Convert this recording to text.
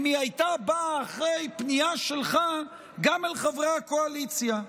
היא הייתה באה אחרי פנייה שלך גם אל חברי הקואליציה.